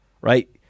Right